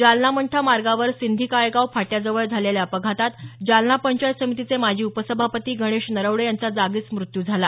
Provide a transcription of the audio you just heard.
जालना मंठा मार्गावर सिंधीकाळेगाव फाट्याजवळ झालेल्या अपघातात जालना पंचायत समितीचे माजी उपसभाती गणेश नरवडे यांचा जागीच मृत्यू झाला